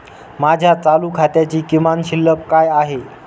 माझ्या चालू खात्याची किमान शिल्लक काय आहे?